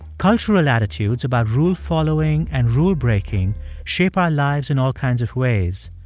cultural attitudes about rule following and rule breaking shape our lives in all kinds of ways,